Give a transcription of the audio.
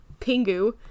pingu